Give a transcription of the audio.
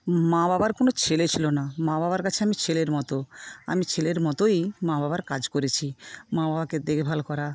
মা বাবার কোনো ছেলে ছিল না মা বাবার কাছে আমি ছেলের মত আমি ছেলের মতোই মা বাবার কাজ করেছি মা বাবাকে দেখভাল করা